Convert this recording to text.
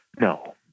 No